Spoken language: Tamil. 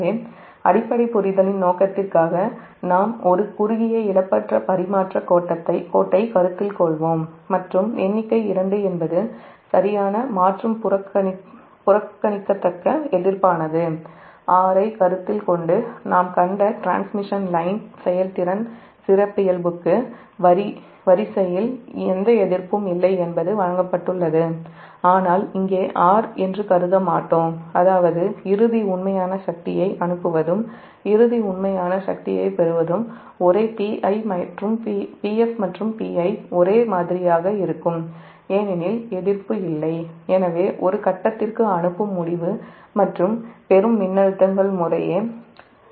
எனவே அடிப்படை புரிதலின் நோக்கத்திற்காக நாம் ஒரு குறுகிய இழப்பற்ற பரிமாற்றக் கோட்டைக் கருத்தில் கொள்வோம் மற்றும் எண்ணிக்கை 2 என்பது சரியான மற்றும் புறக்கணிக்கத்தக்க எதிர்ப்பானது R ஐக் கருத்தில் கொண்டு நாம் கண்ட டிரான்ஸ்மிஷன் லைன் செயல்திறன் சிறப்பியல்புக்கு வரிசையில் எந்த எதிர்ப்பும் இல்லை என்பது வழங்கப்பட்டுள்ளது ஆனால் இங்கே "R" என்று கருத மாட்டோம் அதாவது இறுதி உண்மையான சக்தியை அனுப்புவதும் இறுதி உண்மையான சக்தியைப் பெறுவதும் ஒரே Ps மற்றும் Pi ஒரே மாதிரியாக இருக்கும் ஏனெனில் எதிர்ப்பு இல்லை எனவே ஒரு கட்டத்திற்கு அனுப்பும் முடிவு மற்றும் பெறும் மின்னழுத்தங்கள் முறையே Vs மற்றும் VR